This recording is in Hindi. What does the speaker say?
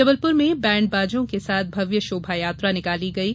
जबलपुर में बैंड बाजों के साथ भव्य शोभायात्रा निकाली गयी